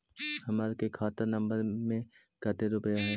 हमार के खाता नंबर में कते रूपैया है?